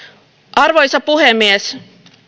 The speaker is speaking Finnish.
arvoisa puhemies